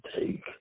take